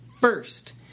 first